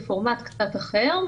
בפורמט קצת אחר,